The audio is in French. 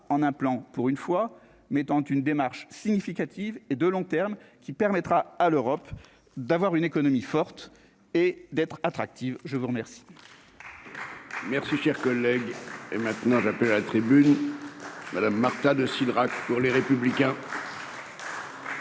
en un plan pour une fois, mettant une démarche significative et de long terme qui permettra à l'Europe d'avoir une économie forte et d'être attractive, je vous remercie.